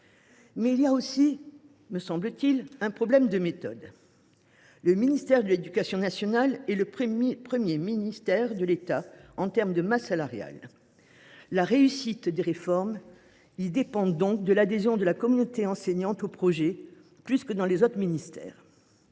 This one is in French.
Mais il y a aussi, me semble t il, un problème de méthode. Le ministère de l’éducation nationale est le premier ministère de l’État en termes de masse salariale. La réussite des réformes y dépend donc de l’adhésion de la communauté enseignante au projet, plus que dans tout autre ministère.